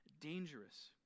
dangerous